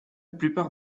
plupart